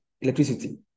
electricity